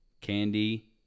candy